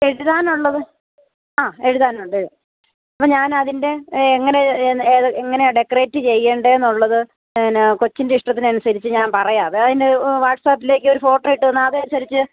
എഴുതാനുള്ളത് ആ എഴുതാനുണ്ട് അപ്പോള് ഞാൻ അതിൻ്റെ എങ്ങനെ എങ്ങനെയാണ് ഡെക്കറേറ്റ് ചെയ്യേണ്ടതെന്നുള്ളത് പിന്നെ കൊച്ചിന്റെ ഇഷ്ടത്തിനനുസരിച്ച് ഞാൻ പറയാമത് അതിന്റെ വാട്സാപ്പിലേക്ക് ഒരു ഫോട്ടോ ഇട്ടുതന്നാല് അതനുസരിച്ച്